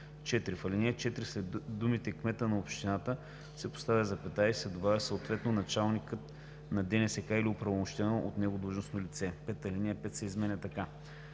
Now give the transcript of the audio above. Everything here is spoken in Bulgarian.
4. В ал. 4 след думите „кметът на общината“ се поставя запетая и се добавя „съответно началникът на ДНСК или оправомощено от него длъжностно лице“. 5. Алинея 5 се изменя така: